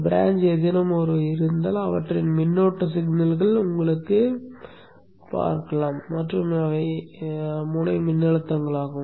கிளை ஏதேனும் இருந்தால் அவற்றின் மின்னோட்ட சிக்னல்கள் உங்களுக்குக் காணக் கிடைக்கின்றன மற்றும் இவை முனை மின்னழுத்தங்களாகும்